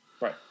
Right